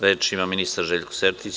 Reč ima ministar Željko Sertić.